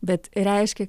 bet reiškia